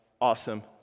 awesome